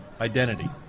identity